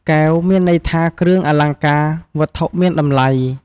កែវ មានន័យថាគ្រឿងអលង្ការ វត្ថុមានតម្លៃ។